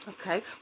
Okay